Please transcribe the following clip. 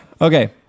Okay